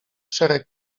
szereg